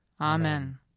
Amen